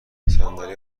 صندلی